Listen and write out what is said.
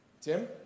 Tim